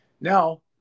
Now